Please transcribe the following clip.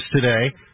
today